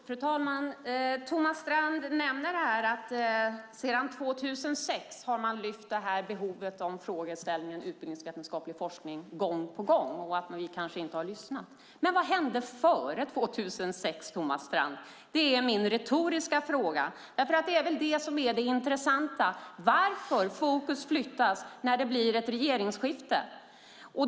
Fru talman! Thomas Strand nämner att man sedan 2006 gång på gång har lyft fram frågeställningen om behovet av utbildningsvetenskaplig forskning och att vi kanske inte har lyssnat. Men vad hände före 2006, Thomas Strand? Det är min retoriska fråga. Det är väl det som är det intressanta, varför fokus flyttas när det blir ett regeringsskifte.